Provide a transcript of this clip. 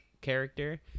character